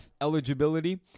eligibility